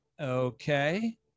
Okay